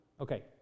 Okay